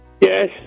Yes